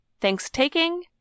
Thanks-Taking